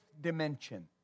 dimension